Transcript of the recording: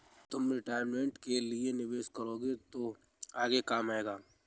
तुम रिटायरमेंट के लिए निवेश करोगे तो आगे काम आएगा